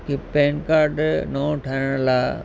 कि PAN card नओ ठाहिराइण लाइ